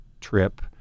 trip